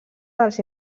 dels